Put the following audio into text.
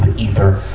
ether,